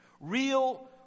Real